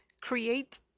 Create